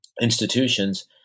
institutions